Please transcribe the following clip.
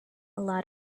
lot